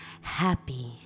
happy